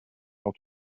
how